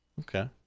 Okay